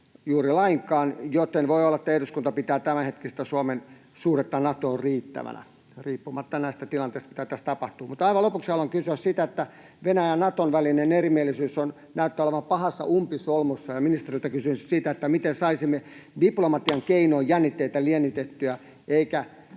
juuri lainkaan, joten voi olla, että eduskunta pitää Suomen tämänhetkistä suhdetta Natoon riittävänä riippumatta näistä tilanteista, mitä tässä tapahtuu. Mutta aivan lopuksi haluan kysyä siitä, että Venäjän ja Naton välinen erimielisyys näyttää olevan pahassa umpisolmussa. Ministeriltä kysyisin: miten saisimme diplomatian keinoin jännitteitä liennytettyä eikä